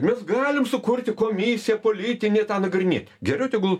mes galim sukurti komisiją politinį tą nagrinėt geriau tegu